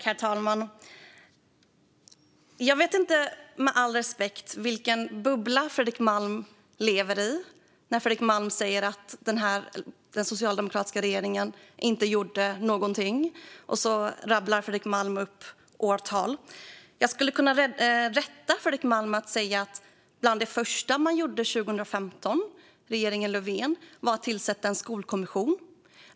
Herr talman! Med all respekt, men jag vet inte vilken bubbla Fredrik Malm lever i. Han säger att den socialdemokratiska regeringen inte gjorde någonting och rabblar upp årtal. Jag kan rätta Fredrik Malm genom att säga att bland det första regeringen Löfven gjorde 2015 var att tillsätta en skolkommission.